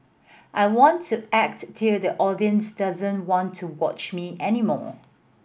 I want to act till the audience doesn't want to watch me any more